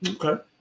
okay